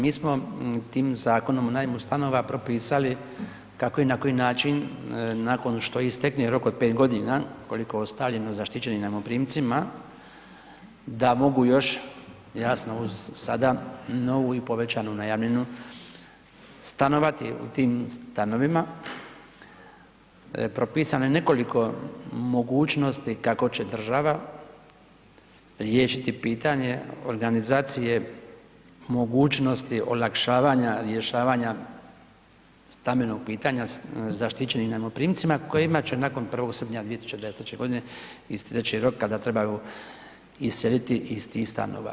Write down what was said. Mi smo tim Zakonom o najmu stanova propisali kako i na koji način nakon što istekne rok od 5 godina, koliko je ostalo zaštićenim najmoprimcima da mogu još, jasno uz sada novu i povećanu najamninu stanovati u tim stanovima, propisano je nekoliko mogućnosti kako će država riješiti pitanje organizacije mogućnosti olakšavanja rješavanja stambenog pitanja zaštićenim najmoprimcima kojima će nakon 1. ... 2023. godine isteći rok kada trebaju iseliti iz tih stanova.